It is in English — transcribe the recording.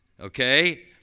Okay